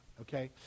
okay